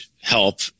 help